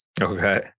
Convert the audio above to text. Okay